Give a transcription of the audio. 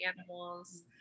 animals